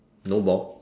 no ball